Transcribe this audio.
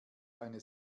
eine